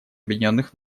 объединенных